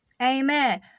Amen